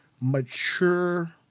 mature